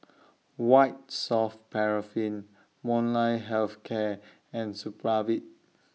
White Soft Paraffin Molnylcke Health Care and Supravit